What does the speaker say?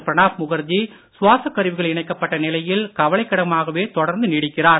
பிரணாப் முகர்ஜி சுவாசக் கருவிகள் இணைக்கப்பட்ட நிலையில் கவலைக்கிடமாகவே கொடர்ந்து நீடிக்கிறார்